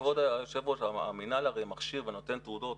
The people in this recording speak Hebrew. כבוד היושב ראש, המינהל הרי מכשיר ונותן תעודות.